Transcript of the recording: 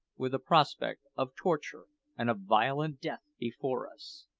with the prospect of torture and a violent death before us.